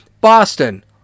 Boston